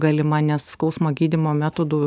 galima nes skausmo gydymo metodų